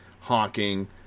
Hawking